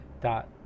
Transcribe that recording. dot